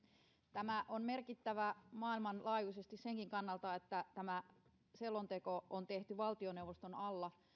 tämä selonteko on merkittävä maailmanlaajuisesti senkin kannalta että tämä on tehty valtioneuvoston alla